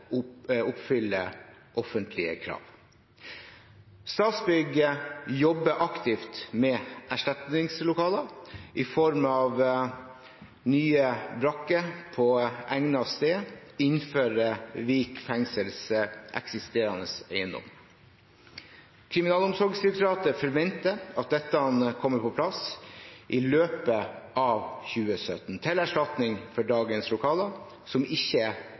offentlige krav. Statsbygg jobber aktivt med erstatningslokaler i form av nye brakker på egnet sted innenfor Vik fengsels eksisterende eiendom. Kriminalomsorgsdirektoratet forventer at dette kommer på plass i løpet av 2017, til erstatning for dagens lokaler, som ikke er